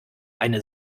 eine